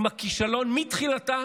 עם הכישלון מתחילתה,